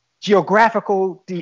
geographical